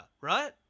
right